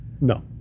No